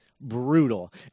brutal